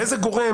ואיזה גורם?